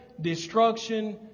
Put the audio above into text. destruction